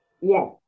Yes